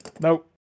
Nope